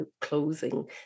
closing